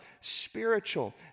spiritual